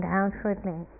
outwardly